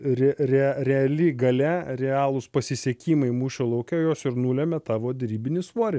ri re reali galia realūs pasisekimai mūšio lauke jos ir nulemia tavo derybinį svorį